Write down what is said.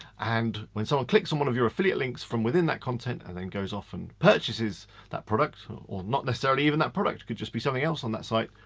and when someone clicks on one of your affiliate links from within that content and then goes off and purchases that product or not necessarily even that product. it could just be something else on that site,